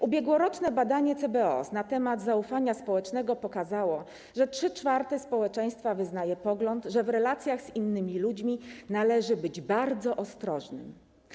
Ubiegłoroczne badanie CBOS na temat zaufania społecznego pokazało, że 3/4 społeczeństwa wyznaje pogląd, że w relacjach z innymi ludźmi należy być bardzo ostrożnym.